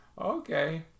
Okay